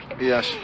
Yes